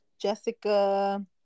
Jessica